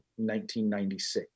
1996